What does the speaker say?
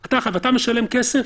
אתה משלם כסף.